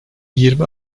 yirmi